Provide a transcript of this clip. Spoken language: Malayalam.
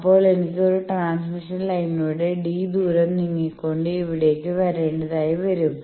അപ്പോൾ എനിക്ക് ഒരു ട്രാൻസ്മിഷൻ ലൈനിലൂടെ d ദൂരം നീങ്ങികൊണ്ട് ഇവിടെക്ക് വരേണ്ടതായി വരും